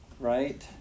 Right